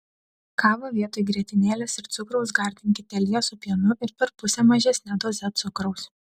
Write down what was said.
kavą vietoj grietinėlės ir cukraus gardinkite liesu pienu ir per pusę mažesne doze cukraus